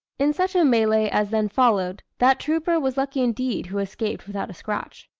in such a melee as then followed, that trooper was lucky indeed who escaped without a scratch.